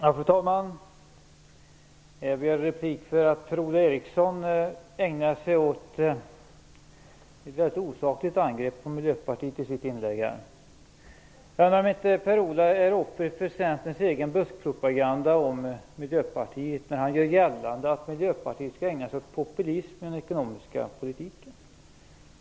Fru talman! Jag begärde replik eftersom Per-Ola Eriksson ägnade sig åt ett mycket osakligt angrepp på Miljöpartiet i sitt inlägg. Jag undrar om inte Per-Ola Eriksson är offer för Centerns egen buskpropaganda om Miljöpartiet när han gör gällande att Miljöpartiet skulle ägna sig åt populism i den ekonomiska politiken.